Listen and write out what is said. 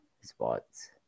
spots